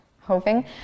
hoping